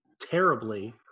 terribly